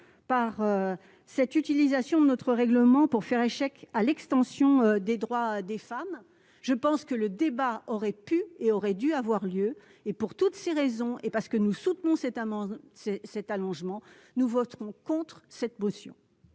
de cette utilisation de notre règlement pour faire échec à l'extension des droits des femmes. Le débat aurait pu et aurait dû avoir lieu. Pour toutes ces raisons, et parce que nous soutenons cet allongement du délai, le groupe CRCE votera contre cette motion.